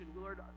Lord